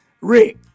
Rick